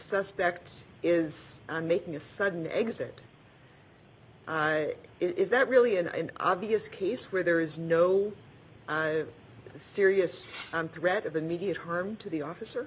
suspect is making a sudden exit is that really an obvious case where there is no serious threat of the media term to the officer